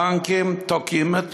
הבנקים תוקעים,